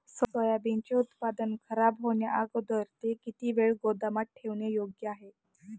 सोयाबीनचे उत्पादन खराब होण्याअगोदर ते किती वेळ गोदामात ठेवणे योग्य आहे?